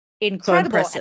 incredible